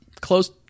close